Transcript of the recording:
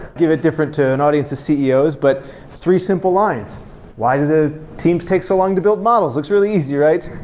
give a different to an audience of ceos but three simple lines why do the teams take so long to build models? looks really easy, right?